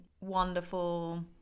wonderful